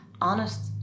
honest